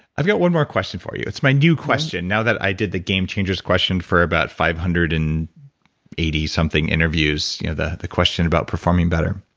i've got one more question for you. it's my new question, now that i did the game changers question for about five hundred and eighty something interviews, you know the the question about performing better.